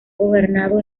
gobernado